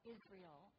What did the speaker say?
Israel